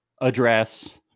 address